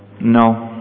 no